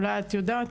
אולי את יודעת?